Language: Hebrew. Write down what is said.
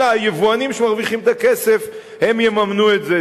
אלא היבואנים, שמרוויחים את הכסף, הם יממנו את זה.